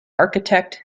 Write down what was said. architect